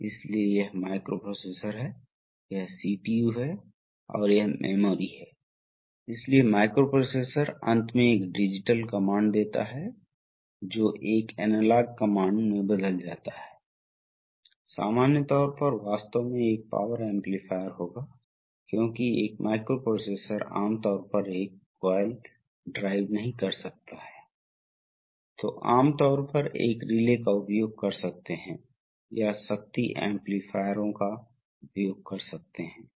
इसलिए विस्तार के दौरान जब यह लागू किया जाता है तब द्रव इस अंत में बहता है यह इस छोर से निकलता है और चूंकि कैम संचालित नहीं होता है इसलिए इसलिए यह एक शॉट है इसलिए यह सीधे वापस जाता है इस माध्यम से इस रिटर्न के माध्यम से जाता है इसलिए शायद ही कोई प्रतिरोध प्रत्यक्ष शॉट करता है इसलिए यह बहुत तेजी से आगे बढ़ना शुरू कर देता है जिसे तीव्र अग्रिम कहा जाता है